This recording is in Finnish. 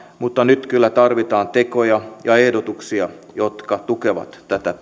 mutta nyt kyllä tarvitaan tekoja ja ehdotuksia jotka tukevat